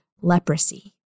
leprosy